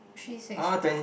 three six